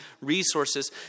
resources